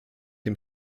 dem